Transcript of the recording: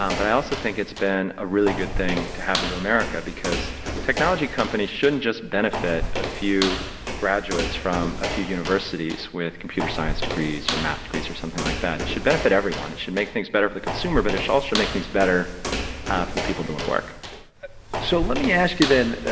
um but i also think it's been a really good thing to happen to america, because technology companies shouldn't just benefit a few graduates from a few universities with computer science degrees or math degrees or something like that. it should benefit everyone. it should make things better for the consumer, but it should also make things better for the people doing the work so let me ask you then,